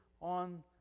on